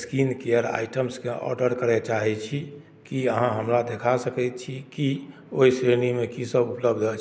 skin care item के order करय चाहे छी की अहाँ हमरा देखा सकैत छी कि ओहि श्रेणी मे की सब उपलब्ध अछि